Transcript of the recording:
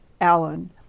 Allen